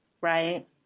Right